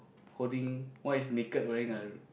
holding what is naked wearing a